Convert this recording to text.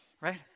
right